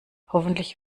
hoffentlich